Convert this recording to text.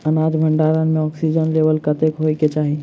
अनाज भण्डारण म ऑक्सीजन लेवल कतेक होइ कऽ चाहि?